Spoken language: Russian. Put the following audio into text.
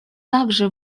также